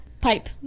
Pipe